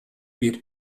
бир